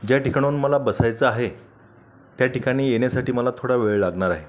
ज्या ठिकाणाहून मला बसायचं आहे त्या ठिकाणी येण्यासाठी मला थोडा वेळ लागणार आहे